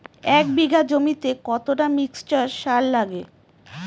এক বিঘা জমিতে কতটা মিক্সচার সার লাগে?